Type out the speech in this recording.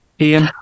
ian